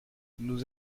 nous